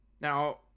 now